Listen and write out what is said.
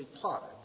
plotted